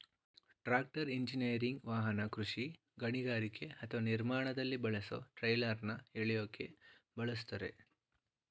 tractor engineering ವಾಹನ ಕೃಷಿ ಗಣಿಗಾರಿಕೆ ಅಥವಾ ನಿರ್ಮಾಣದಲ್ಲಿ ಬಳಸೊ ಟ್ರೈಲರ್ನ ಎಳ್ಯೋಕೆ ಬಳುಸ್ತರೆ